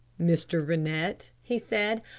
mr. rennett, he said,